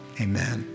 amen